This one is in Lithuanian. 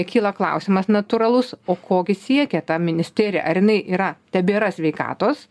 kyla klausimas natūralus o ko gi siekia ta ministerija ar jinai yra tebėra sveikatos